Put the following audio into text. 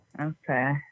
Okay